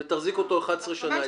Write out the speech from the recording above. ותחזיק אותו 11 שנה אצלך.